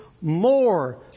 more